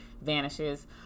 vanishes